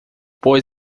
pois